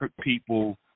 people